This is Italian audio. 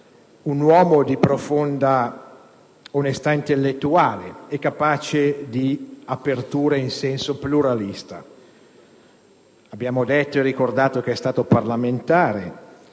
un uomo di profonda onestà intellettuale e capace di aperture in senso pluralista. Abbiamo detto e ricordato che è stato parlamentare